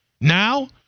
Now